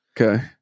Okay